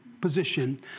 position